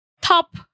Top